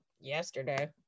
yesterday